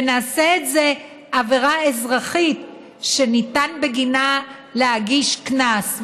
ונעשה את זה עבירה אזרחית שניתן בגינה להגיש קנס.